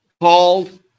called